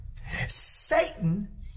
Satan